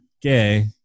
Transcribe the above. gay